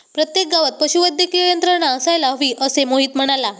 प्रत्येक गावात पशुवैद्यकीय यंत्रणा असायला हवी, असे मोहित म्हणाला